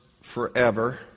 forever